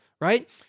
right